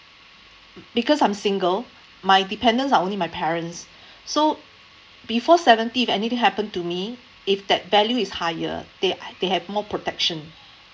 because I'm single my dependents are only my parents so before seventy if anything happen to me if that value is higher they they have more protection